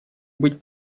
быть